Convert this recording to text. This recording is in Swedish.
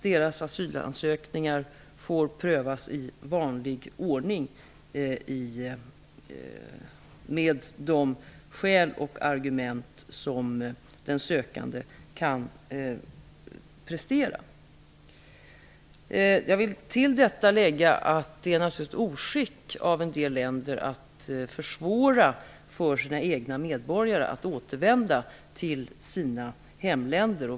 Deras asylansökningar får prövas i vanlig ordning utifrån de skäl och argument som den sökande kan prestera. Jag vill till detta lägga att det naturligtvis är ett oskick att, som en del länder gör, försvåra för sina medborgare att återvända till sina hemländer.